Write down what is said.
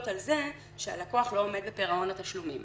על זה שהלקוח לא עומד בפירעון התשלומים.